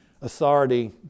authority